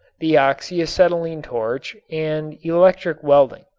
the oxy-acetylene torch and electric welding.